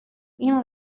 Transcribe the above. این